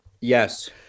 Yes